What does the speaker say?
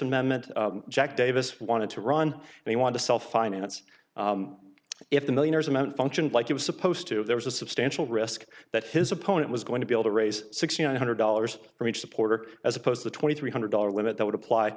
amendment jack davis wanted to run and he wanted to sell finance if the millionaires amount functioned like he was supposed to there was a substantial risk that his opponent was going to be able to raise sixteen hundred dollars from each supporter as opposed to twenty three hundred dollars limit that would apply